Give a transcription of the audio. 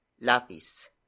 LAPIS